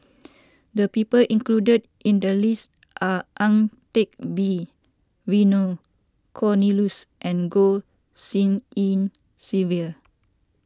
the people included in the list are Ang Teck Bee Vernon Cornelius and Goh Tshin En Sylvia